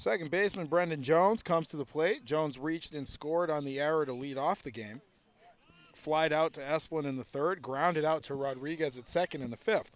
second baseman brennan jones comes to the plate jones reached in scored on the error to lead off the game flight out to s one in the third grounded out to rodriguez at second in the fifth